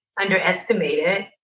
underestimated